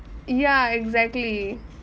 ya exactly